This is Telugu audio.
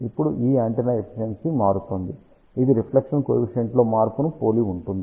ఇప్పుడు ఈ యాంటెన్నా ఎఫిషియన్షి మారుతోంది ఇది రిఫ్లెక్షణ్ కోఎఫిషియంట్ లో మార్పును పోలి ఉంటుంది